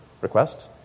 request